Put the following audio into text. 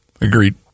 Agreed